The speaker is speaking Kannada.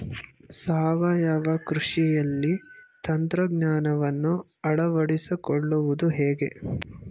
ಸಾವಯವ ಕೃಷಿಯಲ್ಲಿ ತಂತ್ರಜ್ಞಾನವನ್ನು ಅಳವಡಿಸಿಕೊಳ್ಳುವುದು ಹೇಗೆ?